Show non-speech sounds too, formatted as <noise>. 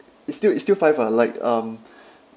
it's still it's still five uh like um <breath>